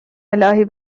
االهی